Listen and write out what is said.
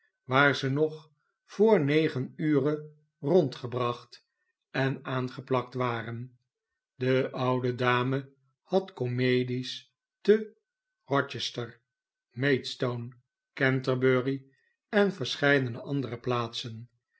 waar ze nog voor negen ure rondgebracht en aangeplakt waren de oude dame had komedies te r o c h e ster maidstone canterbury en verscheidene andere plaatsen